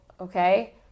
okay